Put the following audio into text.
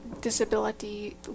disability